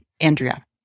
Andrea